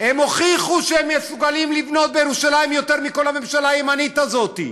הם הוכיחו שהם מסוגלים לבנות בירושלים יותר מכל הממשלה הימנית הזאת.